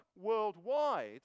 worldwide